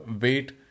weight